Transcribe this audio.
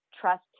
trust